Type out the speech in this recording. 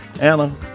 Anna